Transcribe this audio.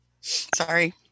sorry